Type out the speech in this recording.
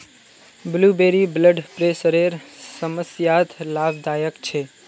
blueberry blood प्रेशरेर समस्यात लाभदायक छे